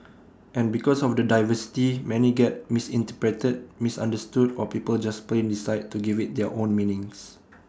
and because of the diversity many get misinterpreted misunderstood or people just plain decide to give IT their own meanings